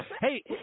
hey